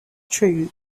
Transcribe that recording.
true